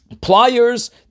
pliers